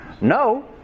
No